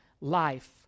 life